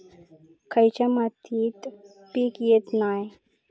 खयच्या मातीत पीक येत नाय?